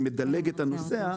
שמדלג את הנוסע.